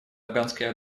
афганской